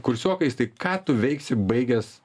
kursiokais tai ką tu veiksi baigęs